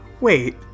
Wait